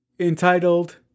entitled